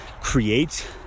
Create